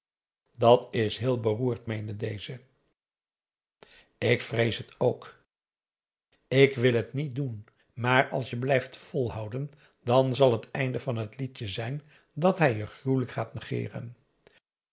dat is heel beroerd meende deze ik vrees het ook je wilt het niet doen maar als je blijft volhouden dan zal het einde van t lied zijn dat hij je gruwelijk gaat negeeren